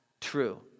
true